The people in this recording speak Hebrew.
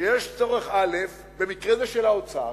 שיש צורך א', במקרה זה של האוצר,